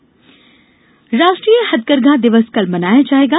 हथकरघा दिवस राष्ट्रीय हथकरघा दिवस कल मनाया जाएगा